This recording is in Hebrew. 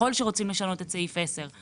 ככל שרוצים לשנות את סעיף 10,